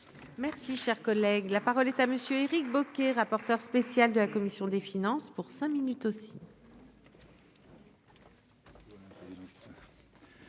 Merci, cher collègue, la parole est à monsieur Éric Bocquet, rapporteur spécial de la commune. Sur des finances pour cinq minutes aussi.